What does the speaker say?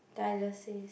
dialysis